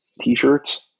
t-shirts